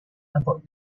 about